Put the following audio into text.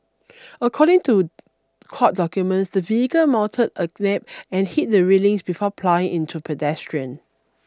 according to court documents the vehicle mounted a and hit the railings before ploughing into pedestrian